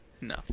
No